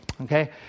okay